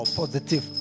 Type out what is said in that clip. positive